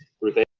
ruth ann?